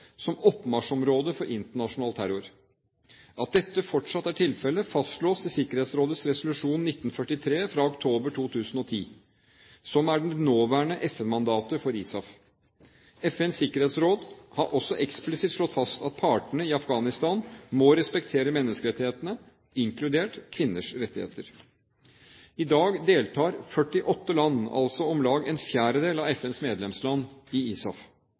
som oppmarsjområde for internasjonal terror. At dette fortsatt er tilfellet, fastslås i Sikkerhetsrådets resolusjon 1943 fra oktober 2010, som er det nåværende FN-mandatet for ISAF. FNs sikkerhetsråd har også eksplisitt slått fast at partene i Afghanistan må respektere menneskerettighetene, inkludert kvinners rettigheter. I dag deltar 48 land, altså om lag en fjerdedel av FNs medlemsland, i ISAF.